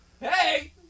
Hey